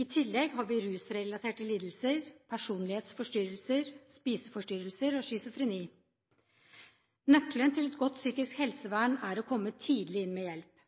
I tillegg har vi rusrelaterte lidelser, personlighetsforstyrrelser, spiseforstyrrelser og schizofreni. Nøkkelen til et godt psykisk helsevern er å komme tidlig inn med hjelp.